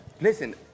Listen